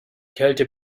kälte